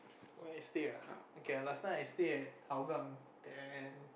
where I stay ah okay last time I stay at Hougang then